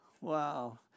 Wow